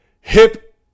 hip